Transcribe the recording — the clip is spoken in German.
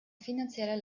finanzielle